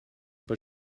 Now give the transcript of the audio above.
but